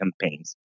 campaigns